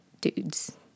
dudes